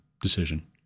decision